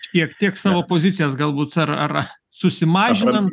šiek tiek savo pozicijas galbūt ar ar susimažinam